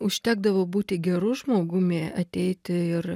užtekdavo būti geru žmogumi ateiti ir